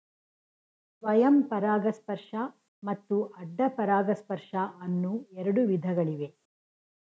ಸ್ವಯಂ ಪರಾಗಸ್ಪರ್ಶ ಮತ್ತು ಅಡ್ಡ ಪರಾಗಸ್ಪರ್ಶ ಅನ್ನೂ ಎರಡು ವಿಧಗಳಿವೆ